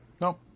No